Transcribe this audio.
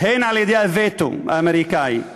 הן על-ידי הווטו האמריקני,